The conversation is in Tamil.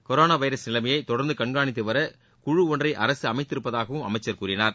கொரானா வைரஸ் நிலைமைய தொடர்ந்து கண்காணித்து வர குழு ஒன்றை அரசு அமைத்திருப்பதாகவும் அமைச்சர் கூறினார்